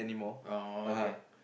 oh okay